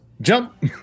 Jump